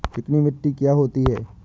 चिकनी मिट्टी क्या होती है?